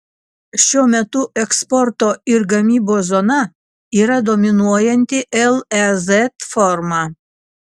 šiuo metu eksporto ir gamybos zona yra dominuojanti lez forma